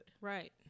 Right